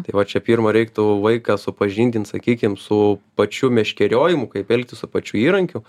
tai va čia pirma reiktų vaiką supažindint sakykim su pačiu meškeriojimu kaip elgtis su pačiu įrankiu